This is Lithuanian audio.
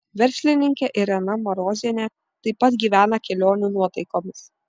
verslininkė irena marozienė taip pat gyvena kelionių nuotaikomis